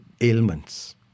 ailments